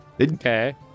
Okay